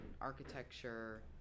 architecture